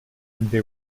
they